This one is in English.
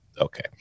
okay